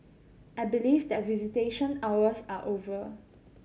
I believe that visitation hours are over